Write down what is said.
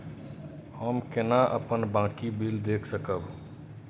हम केना अपन बाँकी बिल देख सकब?